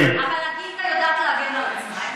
יודעת להגן על עצמה.